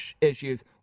issues